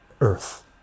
earth